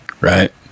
right